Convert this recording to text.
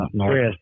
Chris